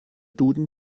duden